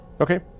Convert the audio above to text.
Okay